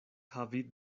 havi